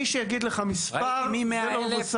מי שיגיד לך מספר, זה לא מבוסס.